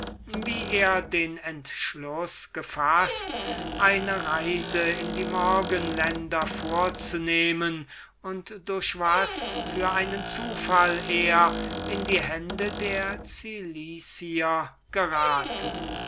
wie er den entschluß gefaßt eine reise in die morgenländer vorzunehmen und durch was für einen zufall er in die hände der cilicier geraten